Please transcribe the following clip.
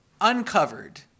uncovered